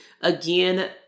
Again